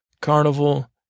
carnival